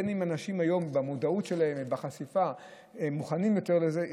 בין אם משום שאנשים במודעות שלהם או בחשיפה מוכנים יותר לזה,